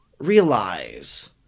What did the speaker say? realize